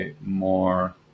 more